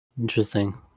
interesting